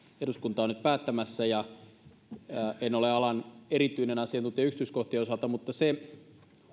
eduskunta on nyt päättämässä en ole alan erityinen asiantuntija yksityiskohtien osalta mutta se